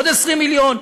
ועוד 20 מיליון.